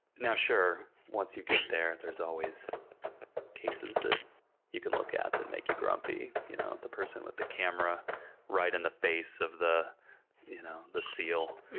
sure, once you get there, there's always cases that you can look at that make you grumpy. you know, the person with the camera right in the face of the you know the seal.